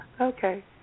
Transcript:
Okay